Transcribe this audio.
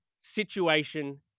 situation